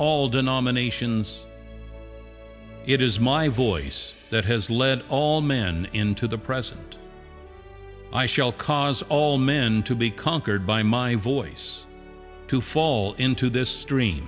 all denominations it is my voice that has led all men into the present i shall cause all men to be conquered by my voice to fall into this stre